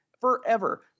Forever